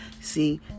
see